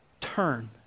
turn